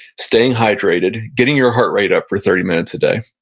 staying hydrated, getting your heart rate up for thirty minutes a day,